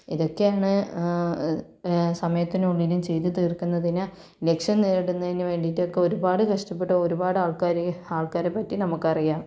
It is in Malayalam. ഇതൊക്കെയാണ് സമയത്തിനുള്ളില് ചെയ്തു തീർക്കുന്നതിന് ലക്ഷം നേടുന്നതിനു വേണ്ടിട്ടൊക്കെ ഒരുപാട് കഷ്ടപ്പെട്ട് ഒരുപാട് ആൾക്കാര് ആൾക്കാരെ പറ്റി നമുക്കറിയാം